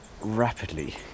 rapidly